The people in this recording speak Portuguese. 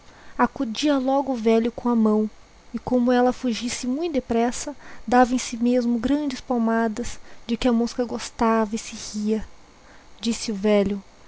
acodia logo o velho com a maó e como elu fugisse mui depressa da em si mesmo grandes palmadas de que a mosca gostava e se ria disse o velho